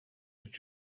that